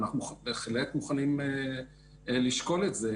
אנחנו בהחלט מוכנים לשקול את זה.